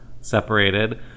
separated